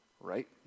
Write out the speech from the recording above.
right